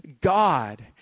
God